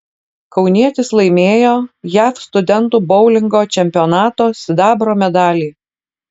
kaunietis laimėjo jav studentų boulingo čempionato sidabro medalį